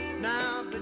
Now